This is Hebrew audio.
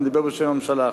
אני מדבר בשם הממשלה עכשיו.